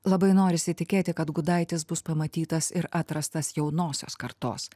labai norisi tikėti kad gudaitis bus pamatytas ir atrastas jaunosios kartos